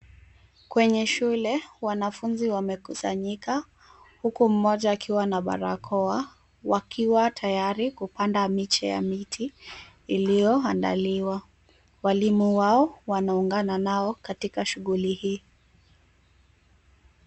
Kwenye shule, wanafunzi wamekusanyika, huku mmoja akiwa na barakoa, wakiwa tayari kupanda miche ya miti iliyoandaliwa. Walimu wao wanaungana nao katika shughuli hii.